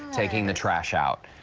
taking the trash out.